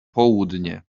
południe